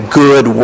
good